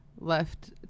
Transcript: left